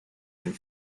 and